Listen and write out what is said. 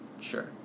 sure